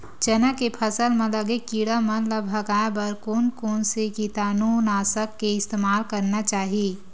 चना के फसल म लगे किड़ा मन ला भगाये बर कोन कोन से कीटानु नाशक के इस्तेमाल करना चाहि?